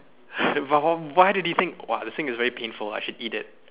but why did he think !wah! the thing is very painful I should eat it